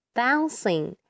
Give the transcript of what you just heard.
Bouncing